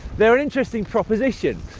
they're an interesting proposition.